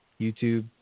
YouTube